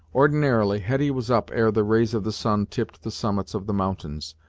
ordinarily, hetty was up ere the rays of the sun tipped the summits of the mountains,